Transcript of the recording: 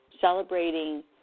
celebrating